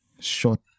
short